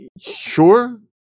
sure